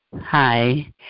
hi